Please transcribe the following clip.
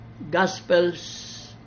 Gospels